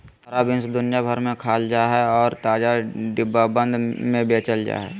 हरा बीन्स दुनिया भर में खाल जा हइ और ताजा, डिब्बाबंद में बेचल जा हइ